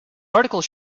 article